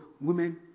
women